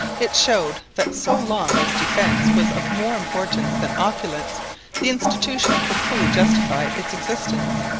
it showed that so long as defence was of more importance than opulence the institution could fully justify its existence.